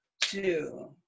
two